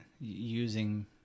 using